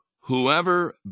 whoever